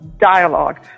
dialogue